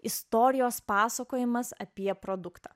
istorijos pasakojimas apie produktą